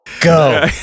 Go